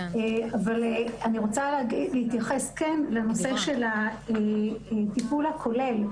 אני רוצה כן להתייחס לנושא של הטיפול הכולל,